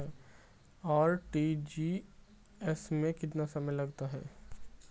RTGS में कितना समय लगता है?